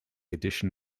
addition